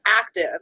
active